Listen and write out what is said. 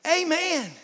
Amen